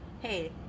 Hey